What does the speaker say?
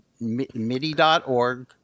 midi.org